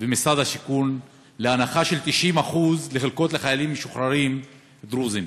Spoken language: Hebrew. ומשרד השיכון על הנחה של 90% בחלקות לחיילים משוחררים דרוזים,